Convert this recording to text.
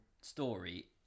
story